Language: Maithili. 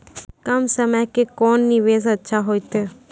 कम समय के कोंन निवेश अच्छा होइतै?